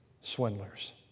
swindlers